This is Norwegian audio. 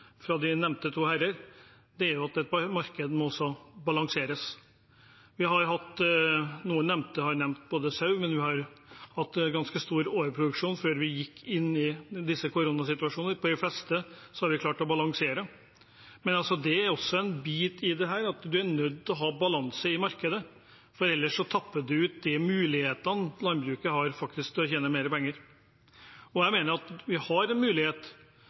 fra de nevnte to herrer, er at et marked også må balanseres. Noen har nevnt sau, men vi har hatt ganske stor overproduksjon før vi gikk inn i denne koronasituasjonen. På de fleste har vi klart å balansere. Det er også en bit i dette, at man er nødt til å ha balanse i markedet, ellers tapper man ut de mulighetene landbruket har til faktisk å tjene mer penger. Jeg mener vi har en mulighet,